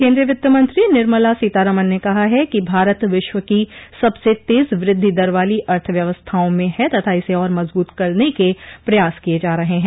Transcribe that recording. केन्द्रीय वित्तमंत्री निर्मला सीतारमन ने कहा है कि भारत विश्व की सबसे तेज वृद्धि दर वाली अर्थव्यवस्थाओं में है तथा इसे और मजबूत करने के प्रयास किए जा रहे हैं